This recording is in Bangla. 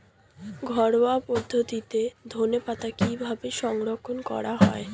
ঘরোয়া পদ্ধতিতে ধনেপাতা কিভাবে সংরক্ষণ করা হয়?